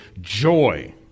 joy